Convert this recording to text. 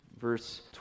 verse